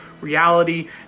reality